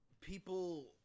People